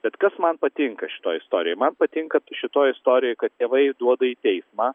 bet kas man patinka šitoj istorijoj man patinka šitoj istorijoj kad tėvai duoda į teismą